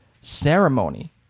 ceremony